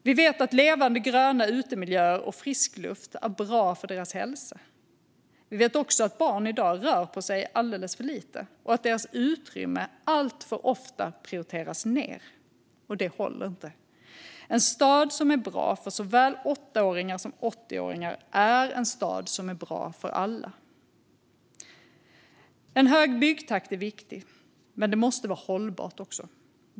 Vi vet att levande gröna utemiljöer och frisk luft är bra för deras hälsa. Vi vet också att barn i dag rör på sig alldeles för lite och att deras utrymme alltför ofta prioriteras ned. Det håller inte. En stad som är bra för såväl 8-åringar som 80-åringar är en stad som är bra för alla. En hög byggtakt är viktig. Men det måste vara hållbart också.